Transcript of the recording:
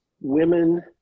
women